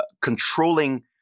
controlling